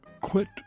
quit